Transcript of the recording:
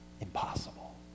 Impossible